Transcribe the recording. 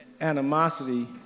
animosity